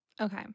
Okay